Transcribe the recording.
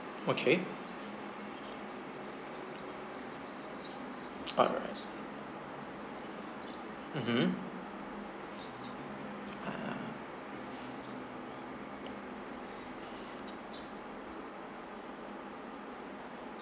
okay all right mmhmm ah